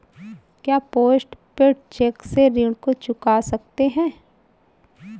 क्या postpaid cheque से ऋण को चुका सकते हैं?